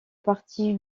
parti